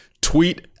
Tweet